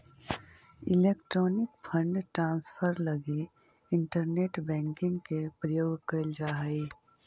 electronic fund transfer लगी internet banking के प्रयोग कैल जा हइ